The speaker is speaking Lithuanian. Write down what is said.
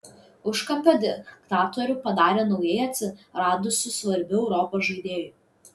užkampio diktatorių padarė naujai atsiradusiu svarbiu europos žaidėju